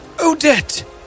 Odette